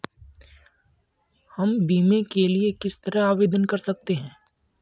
हम बीमे के लिए किस तरह आवेदन कर सकते हैं?